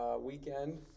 Weekend